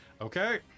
Okay